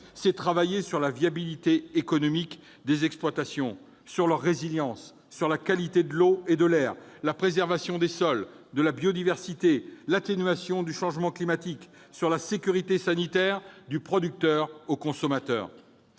C'est travailler sur la viabilité économique des exploitations, leur résilience, la qualité de l'eau et de l'air, la préservation des sols et de la biodiversité, l'atténuation du changement climatique, la sécurité sanitaire du producteur au consommateur.